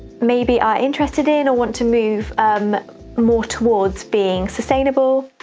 maybe are interested in or want to move um more towards being sustainable.